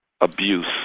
abuse